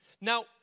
Now